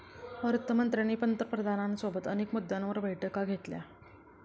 अर्थ मंत्र्यांनी पंतप्रधानांसोबत अनेक मुद्द्यांवर बैठका घेतल्या